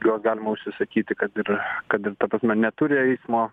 juos galima užsisakyti kad ir kad ir ta prasme neturi eismo